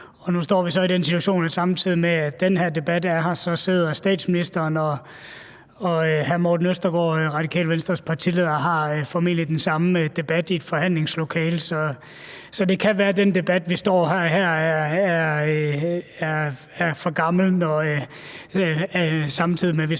nu står vi så i den situation, at samtidig med den her debat, sidder statsministeren og også hr. Morten Østergaard, Radikale Venstres partileder, og formentlig har den samme debat i et forhandlingslokale. Så det kan være, at den debat, vi står og har her, er for gammel, samtidig med at vi står